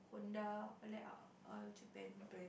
Honda all that are all Japan brand